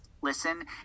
listen